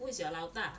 who's your 老大